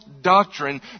doctrine